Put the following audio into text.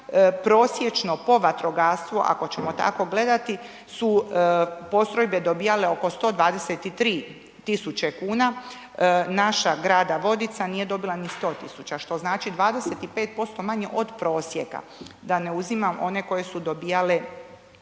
Prosječno, po vatrogascu ako ćemo tako gledati su postrojbe dobivale oko 123 tisuće kuna. Naša grada Vodica nije dobila ni 100 tisuća što znači 25% manje od prosjeka, da ne uzimam one koje su dobivale